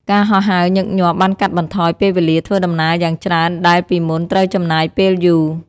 ការហោះហើរញឹកញាប់បានកាត់បន្ថយពេលវេលាធ្វើដំណើរយ៉ាងច្រើនដែលពីមុនត្រូវចំណាយពេលយូរ។